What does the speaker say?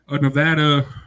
Nevada